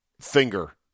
finger